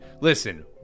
Listen